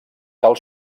cal